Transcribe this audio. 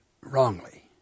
wrongly